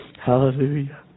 Hallelujah